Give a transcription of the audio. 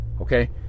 Okay